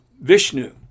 Vishnu